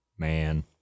Man